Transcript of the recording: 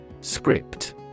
Script